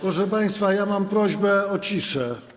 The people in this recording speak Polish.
Proszę państwa, mam prośbę o ciszę.